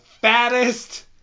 fattest